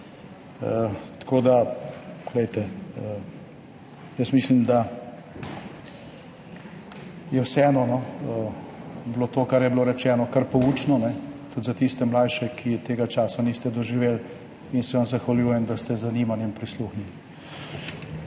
manj pomembni. Jaz mislim, da je bilo to, kar je bilo rečeno, vseeno kar poučno, tudi za tiste mlajše, ki tega časa niste doživeli, in se vam zahvaljujem, da ste z zanimanjem prisluhnili.